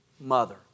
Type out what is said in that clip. mother